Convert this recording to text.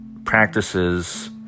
Practices